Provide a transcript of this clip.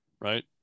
Right